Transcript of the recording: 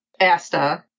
Asta